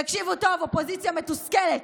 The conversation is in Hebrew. תקשיבו טוב, אופוזיציה מתוסכלת: